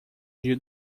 dia